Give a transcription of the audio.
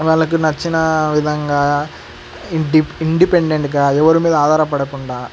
వాళ్ళలకు నచ్చిన విధంగా ఇండిపెండెంట్ గా ఎవరి మీద ఆధారపడకుండా